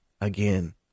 again